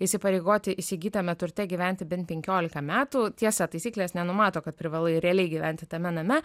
įsipareigoti įsigytame turte gyventi bent penkiolika metų tiesa taisyklės nenumato kad privalai realiai gyventi tame name